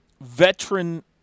veteran